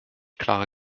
klare